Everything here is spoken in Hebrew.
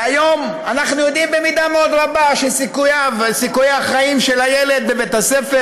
והיום אנחנו יודעים במידה מאוד רבה שסיכויי החיים של הילד בבית הספר,